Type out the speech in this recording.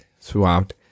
throughout